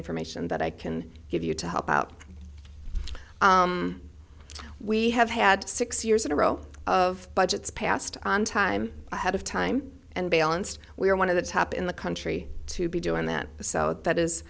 information that i can give you to help out we have had six years in a row of budgets passed on time ahead of time and balanced we are one of the top in the country to be doing that so that is